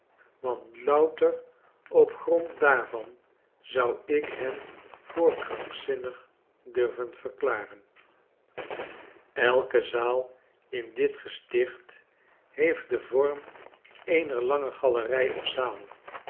want louter op grond daarvan zou ik hen voor krankzinnig durven verklaren elke zaal in dit gesticht heeft den vorm eener lange galerij of zaal